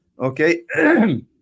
Okay